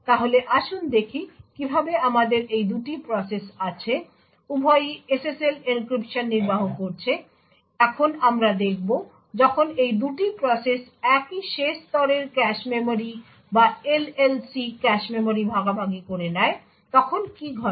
তাহলে আসুন দেখি কিভাবে আমাদের এই 2টি প্রসেস আছে উভয়ই SSL এনক্রিপশন নির্বাহ করছে এখন আমরা দেখব যখন এই 2টি প্রসেস একই শেষ স্তরের ক্যাশ মেমরি বা LLC ক্যাশ মেমরি ভাগাভাগি করে নেয় তখন কী ঘটে